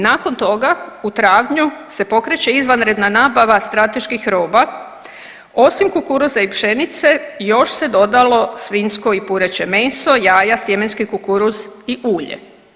Nakon toga u travnju se pokreće izvanredna nabava strateških roba osim kukuruza i pšenice još se dodalo svinjsko i pureće meso, jaja, sjemenski kukuruz i ulje.